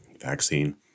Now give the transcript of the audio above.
vaccine